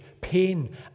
pain